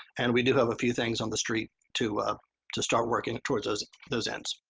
and we do have a few things on the street to to start working towards those those ends.